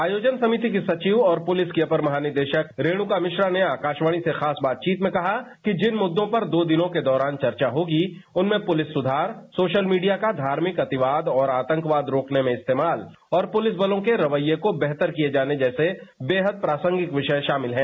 आयोजन समिति की सचिव और पुलिस की अपर महानिदेशक रेणुका मिश्रा ने आकाशवाणी से खास बाचचीत में कहा कि जिन मुद्दों पर दो दिनों के दौरान चर्चा होगी उनमें पुलिस सुधार सोशल मीडिया का धार्मिक अतिवाद और आंतकवाद रोकने में इस्तेमाल और पुलिस बलों के रवैये को बेहतर किए जाने जैसे बेहद प्रासंगिक विषय शामिल हैं